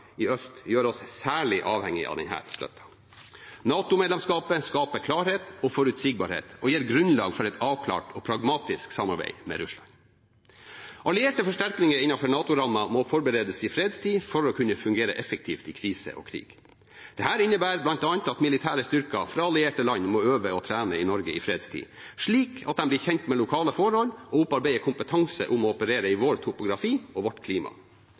i øst gjør oss særlig avhengige av denne støtten. NATO-medlemskapet skaper klarhet og forutsigbarhet og gir grunnlag for et avklart og pragmatisk samarbeid med Russland. Allierte forsterkninger innenfor NATO-rammen må forberedes i fredstid for å kunne fungere effektivt i krise og krig. Dette innebærer bl.a. at militære styrker fra allierte land må øve og trene i Norge i fredstid, slik at de blir kjent med lokale forhold og opparbeider kompetanse om det å operere i vår topografi og i vårt klima.